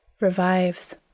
revives